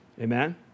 Amen